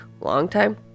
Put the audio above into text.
longtime